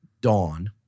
dawn